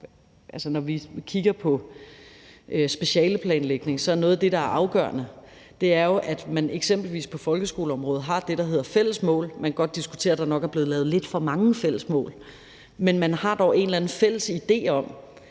når vi kigger på specialeplanlægning, at noget af det, der jo er afgørende, er, at man eksempelvis på folkeskoleområdet har det, der hedder fælles mål. Man kan godt diskutere, om der er blevet lavet lidt for mange fælles mål, men man har dog en eller anden